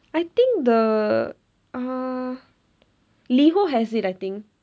I think the uh liho has it I think